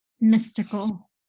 mystical